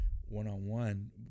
one-on-one